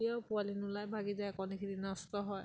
তেতিয়াও পোৱালি নোলাই ভাঙি যায় কণীখিনি নষ্ট হয়